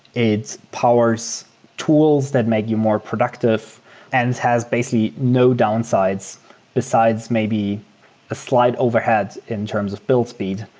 it powers tools that make you more productive and it has basically no downsides besides maybe a slight overhead in terms of build speed,